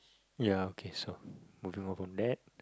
ya okay so moving on from that